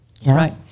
Right